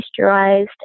moisturized